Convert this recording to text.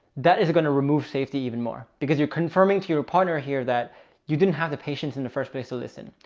that is going to remove safety even more because you're confirming to your partner here that you didn't have the patients in the first place. so listen,